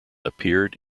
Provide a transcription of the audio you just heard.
appeared